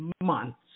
months